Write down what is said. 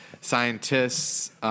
Scientists